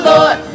Lord